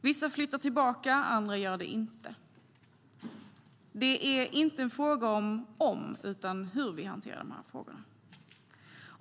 Vissa flyttar tillbaka, andra gör det inte. Det är inte en fråga om om vi hanterar de här frågorna.